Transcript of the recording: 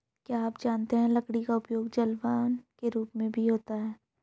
क्या आप जानते है लकड़ी का उपयोग जलावन के रूप में भी होता है?